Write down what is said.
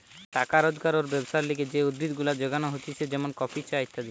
টাকা রোজগার আর ব্যবসার লিগে যে উদ্ভিদ গুলা যোগান হতিছে যেমন কফি, চা ইত্যাদি